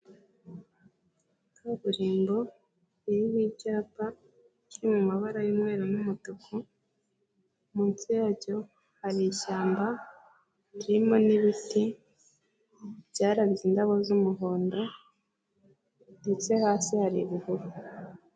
Kaburimbo irimo icyapa, kiri mu mabara yu'mweru n'umutuku, munsi yacyo hari ishyamba, ririmo n'ibiti, byarabye indabo z'umuhondo ndetse hasi hari ibihuru.